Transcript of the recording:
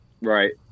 Right